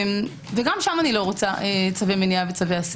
גם שם אני לא רוצה צווי עשייה או צווי עשה,